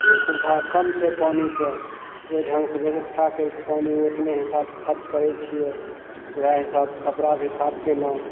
जे सुविधा कम छै पानिके ओइ ढङ्गसँ व्यवस्था करयके पानि ओतने हिसाबसँ खर्च करय छियै वएह हिसाबसँ कपड़ा भी साफ कयलहुँ